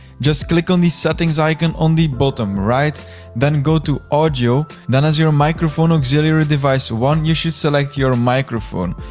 just click on the settings icon on the bottom-right then go to audio, then as your microphone auxiliary device one, you should select your microphone.